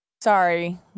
Sorry